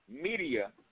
media